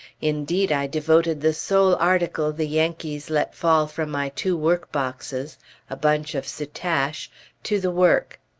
indeed, i devoted the sole article the yankees let fall from my two workboxes a bunch of soutache to the work.